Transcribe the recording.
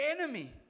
enemy